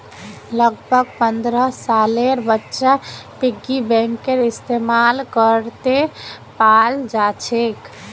लगभग पन्द्रह सालेर बच्चा पिग्गी बैंकेर इस्तेमाल करते पाल जाछेक